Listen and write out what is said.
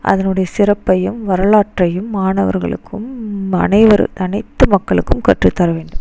அதனுடைய சிறப்பையும் வரலாற்றையும் மாணவர்களுக்கும் அனைவரு அனைத்து மக்களுக்கும் கற்று தர வேண்டும்